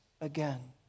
again